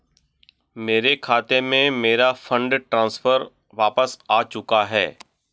मेरे खाते में, मेरा फंड ट्रांसफर वापस आ चुका है